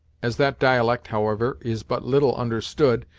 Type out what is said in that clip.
as that dialect, however, is but little understood,